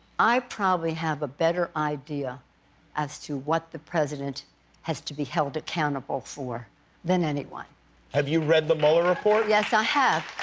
i probably have a better idea as to what the president has to be held accountable for than anyone. jimmy have you read the mueller report? yes, i have.